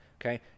okay